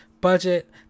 budget